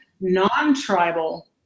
non-tribal